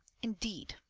indeed!